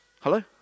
Hello